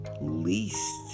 least